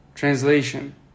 Translation